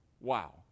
Wow